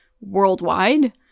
worldwide